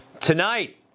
Tonight